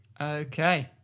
Okay